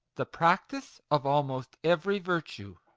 the practice of almost every virtue.